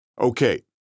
Okay